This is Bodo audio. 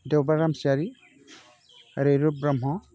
देवबार रामसियारि रैरुप ब्रह्म